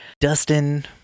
Dustin